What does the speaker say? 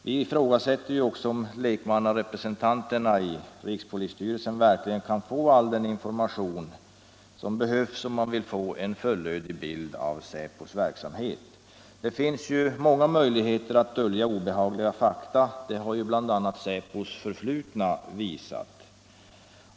Vi ifrågasätter också om lekmannarepresentanterna i rikspolisstyrelsen verkligen kan få all den information som behövs om man vill ha en fullödig bild av säpos verksamhet. Det finns många möjligheter att dölja obehagliga fakta. Det har bl.a. säpos förflutna visat.